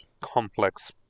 complex